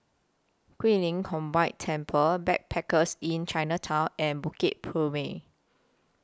Guilin Combined Temple Backpackers Inn Chinatown and Bukit Purmei